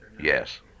Yes